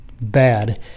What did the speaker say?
bad